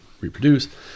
reproduce